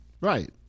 Right